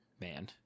man